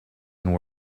and